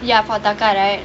ya for taka right